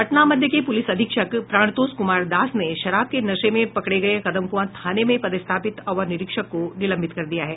पटना मध्य के प्रलिस अधीक्षक प्राणतोष कुमार दास ने शराब के नशे में पकड़े गये कदमकुआं थाने में पदस्थापित अवर निरीक्षक को निलंबित कर दिया है